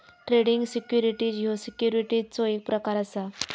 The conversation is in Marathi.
ट्रेडिंग सिक्युरिटीज ह्यो सिक्युरिटीजचो एक प्रकार असा